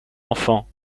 enfant